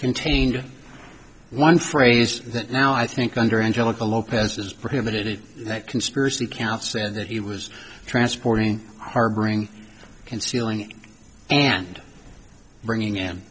contained in one phrase that now i think under angelica lopez is prohibited that conspiracy count said that he was transporting harboring concealing and bringing